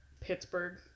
Pittsburgh